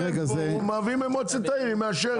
מביאים למועצת העיר, היא מאשרת.